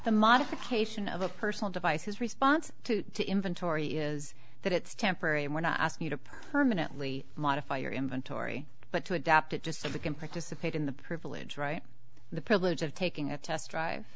the modification of a personal device his response to inventory is that it's temporary and when i ask you to permanently modify your inventory but to adapt it just so they can participate in the privilege right the privilege of taking a test drive